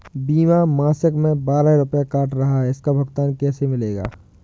बीमा मासिक में बारह रुपय काट रहा है इसका भुगतान कैसे मिलेगा?